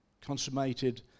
consummated